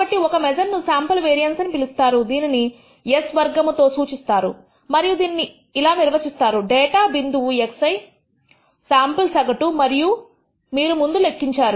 కాబట్టి ఒక మెజర్ ను శాంపుల్ వేరియన్స్ అని పిలుస్తారు దీనిని s వర్గము తో సూచిస్తారు మరియు దీనిని ఇలా నిర్వచిస్తారు డేటా బిందువు xi శాంపుల్ సగటు అది మీరు ముందు లెక్కించారు